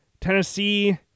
Tennessee